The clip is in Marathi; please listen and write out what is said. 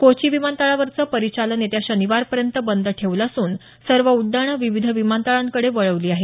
कोची विमानतळावरचं परिचालन येत्या शनिवारपर्यंत बंद ठेवलं असून सर्व उड्डाणं विविध विमानतळांकडे वळवली आहेत